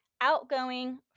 outgoing